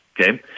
Okay